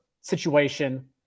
situation